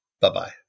Bye-bye